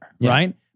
right